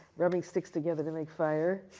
rubbing sticks together to make fire.